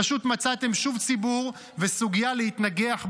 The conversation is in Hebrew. פשוט מצאתם שוב ציבור וסוגיה להתנגח בהם.